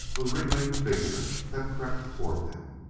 a wriggling figure that crept toward them.